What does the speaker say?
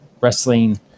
wrestling